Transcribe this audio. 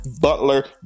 Butler